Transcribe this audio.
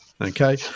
okay